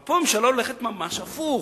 אבל פה הממשלה הולכת ממש הפוך.